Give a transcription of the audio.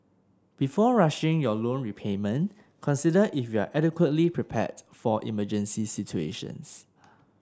before rushing your loan repayment consider if you are adequately prepared for emergency situations